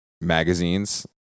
magazines